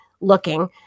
looking